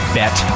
bet